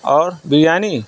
اور بریانی